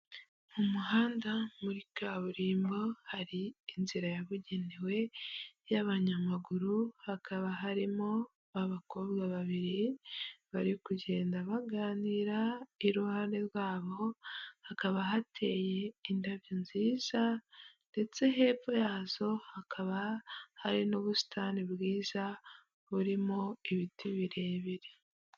Mu muhanda muri kaburimbo, hari inzira yabugenewe y'abanyamaguru, hakaba harimo abakobwa babiri bari kugenda baganira, iruhande rwabo hakaba hateye indabyo nziza ndetse hepfo yazo hakaba hari n'ubusitani bwiza, burimo ibiti birebire.